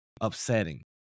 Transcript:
upsetting